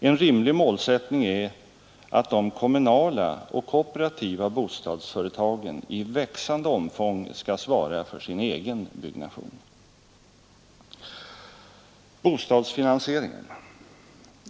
En rimlig målsättning är att de kommunala och kooperativa bostadsföretagen i växande omfång skall svara för sin egen byggnation. Bostadsfinansieringen.